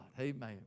Amen